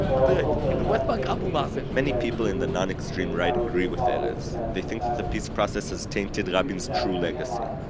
ah in the west bank abu mazen? many people in the non-extreme right agree with erez they think that the peace process has tainted rabin's true legacy.